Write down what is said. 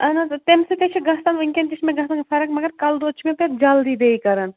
اہن حظ تمہِ سۭتۍ حظ چھِ گژھان وٕنکٮ۪ن تہِ چھِ مےٚ گژھان فرق مگر کَلہٕ دود چھُ مےٚ پتہِ جلدی بیٚیہِ کَران